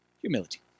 humility